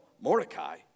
Mordecai